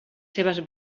seves